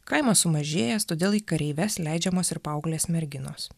kaimas sumažėjęs todėl į kareives leidžiamos ir paauglės merginos